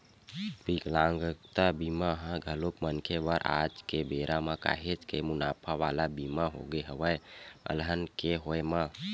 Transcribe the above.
बिकलांगता बीमा ह घलोक मनखे बर आज के बेरा म काहेच के मुनाफा वाला बीमा होगे हवय अलहन के होय म